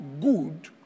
good